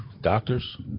Doctors